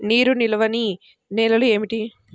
నీరు నిలువని నేలలు ఏమిటి?